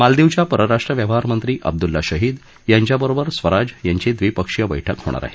मालदीवच्या परराष्ट्र व्यवहारमंत्री अब्दुल्ला शहीद यांच्याबरोबर स्वराज यांची द्विपक्षीय बर्क्क होणार आहे